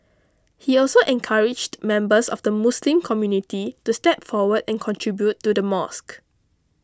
he also encouraged members of the Muslim community to step forward and contribute to the mosque